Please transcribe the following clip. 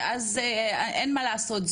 אין מה לעשות,